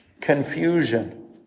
confusion